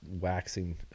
waxing